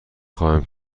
خواهم